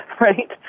right